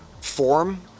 form